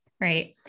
right